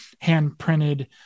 hand-printed